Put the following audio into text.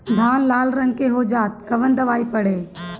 धान लाल रंग के हो जाता कवन दवाई पढ़े?